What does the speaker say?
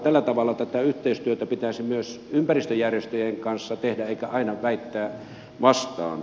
tällä tavalla tätä yhteistyötä pitäisi myös ympäristöjärjestöjen kanssa tehdä eikä aina väittää vastaan